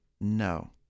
No